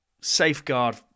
safeguard